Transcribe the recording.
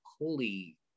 holy